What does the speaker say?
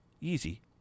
easy